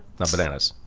not bananas.